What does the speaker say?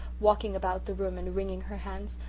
walking about the room and wringing her hands,